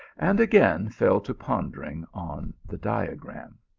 and again fell to pondering on the diagram.